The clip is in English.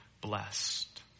blessed